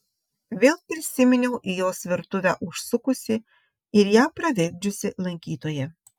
vėl prisiminiau į jos virtuvę užsukusį ir ją pravirkdžiusį lankytoją